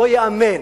לא ייאמן,